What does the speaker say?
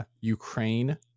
Ukraine